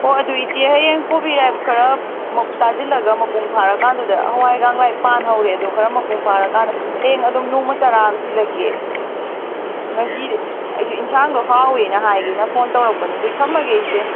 ꯍꯣꯏ ꯑꯗꯨ ꯏꯆꯦ ꯍꯌꯦꯡ ꯀꯣꯕꯤꯒ ꯈꯔ ꯇꯥꯁꯤꯜꯂꯒ ꯃꯄꯨꯡ ꯐꯥꯔꯀꯥꯟꯗꯨꯗ ꯍꯋꯥꯏ ꯒꯥꯡ ꯂꯣꯏ ꯄꯥꯟ ꯍꯧꯔꯦ ꯑꯗꯣ ꯈꯔ ꯃꯄꯨꯡ ꯐꯥꯔꯀꯥꯟꯗ ꯍꯌꯦꯡ ꯑꯗꯨꯝ ꯅꯣꯡꯃ ꯆꯔꯥ ꯑꯃ ꯊꯤꯜꯂꯛꯀꯦ ꯉꯁꯤꯗꯤ ꯑꯩꯁꯨ ꯏꯟꯁꯥꯡꯗꯣ ꯍꯥꯎꯋꯦꯅ ꯍꯥꯏꯒꯦꯅ ꯐꯣꯟ ꯇꯧꯔꯛꯄꯅꯦ ꯑꯗꯨꯗꯤ ꯊꯝꯃꯒꯦ ꯏꯆꯦ